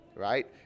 right